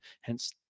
hence